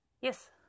Yes